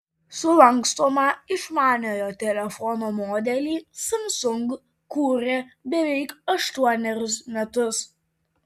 sulankstomą išmaniojo telefono modelį samsung kūrė beveik aštuonerius metus